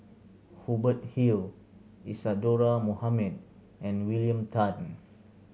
Hubert Hill Isadhora Mohamed and William Tan